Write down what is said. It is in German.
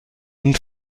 und